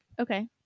Okay